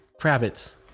Kravitz